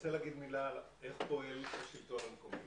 רוצה להגיד מילה איך פועל השלטון המקומי.